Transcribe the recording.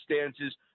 circumstances